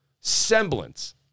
semblance